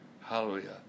Hallelujah